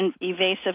evasive